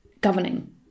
governing